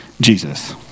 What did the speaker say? Jesus